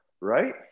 right